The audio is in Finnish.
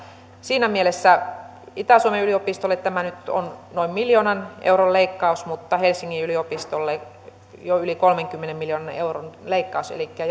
siinä mielessä itä suomen yliopistolle tämä nyt on noin miljoonan euron leikkaus mutta helsingin yliopistolle jo yli kolmenkymmenen miljoonan euron leikkaus elikkä